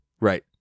Right